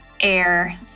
air